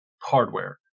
hardware